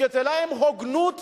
שתהיה כלפיהם הוגנות